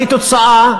היא תוצאה,